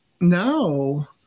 No